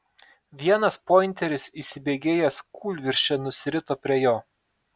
vienas pointeris įsibėgėjęs kūlvirsčia nusirito prie jo